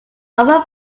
over